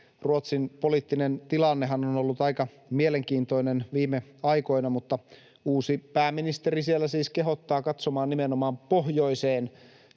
Ruotsin poliittinen tilannehan on ollut aika mielenkiintoinen viime aikoina, mutta uusi pääministeri siellä siis kehottaa katsomaan nimenomaan pohjoiseen,